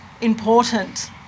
important